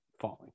falling